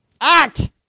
act